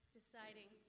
deciding